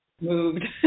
moved